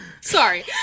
Sorry